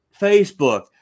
Facebook